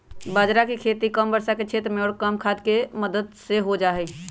बाजरा के खेती कम वर्षा के क्षेत्र में और कम खाद के मदद से हो जाहई